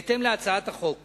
בהצעת החוק